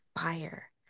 fire